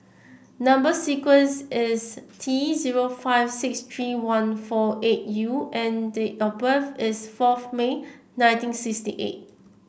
number sequence is T zero five six three one four eight U and date of birth is four May nineteen sixty eight